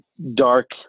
dark